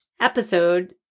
episode